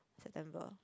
September